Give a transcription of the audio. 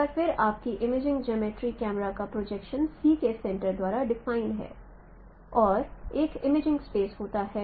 एक बार फिर आपकी इमेजिंग जियोमर्ट्री कैमरा या प्रोजेक्शन C के सेंटर द्वारा डिफाइन होती है और एक इमेजिंग स्पेस होता है